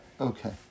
Okay